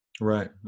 Right